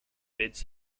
bids